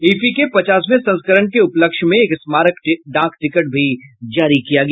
IFFI के पचासवें संस्करण के उपलक्ष्य में एक स्मारक डाक टिकट भी जारी किया गया